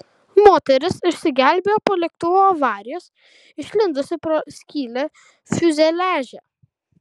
moteris išsigelbėjo po lėktuvo avarijos išlindusi pro skylę fiuzeliaže